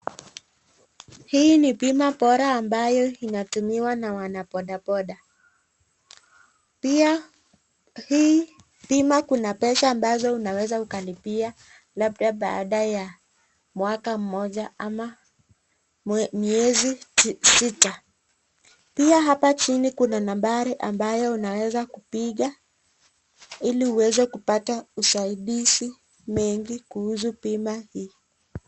Hii ni bima bora ambayo inatumiwa na wana boda boda. Pia hii bima kuna pesa ambazo unaweza ukalipia labda baada ya mwaka mmoja ama miezi sita. Pia hapa chini kuna nambari ambayo unaweza kupiga ili uweze kupata usaidizi mengi kuhusu bima hii.